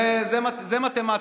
זה מתמטי.